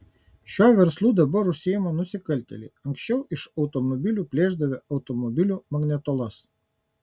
šiuo verslu dabar užsiima nusikaltėliai anksčiau iš automobilių plėšdavę automobilių magnetolas